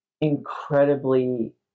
incredibly